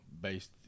based